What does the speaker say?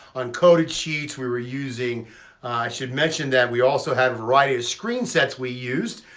uncoated sheets. we were using i should mention that we also had a variety of screen sets we used.